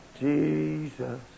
Jesus